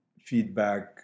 feedback